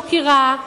מוקירה,